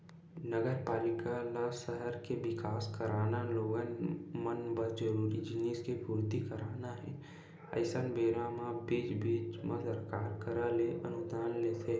नगरपालिका ल सहर के बिकास कराना लोगन मन बर जरूरी जिनिस के पूरति कराना हे अइसन बेरा म बीच बीच म सरकार करा ले अनुदान लेथे